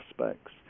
aspects